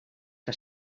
que